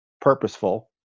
purposeful